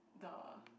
the